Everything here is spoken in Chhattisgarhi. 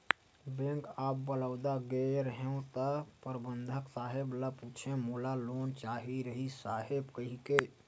बेंक ऑफ बड़ौदा गेंव रहेव त परबंधक साहेब ल पूछेंव मोला लोन चाहे रिहिस साहेब कहिके